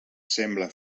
sembla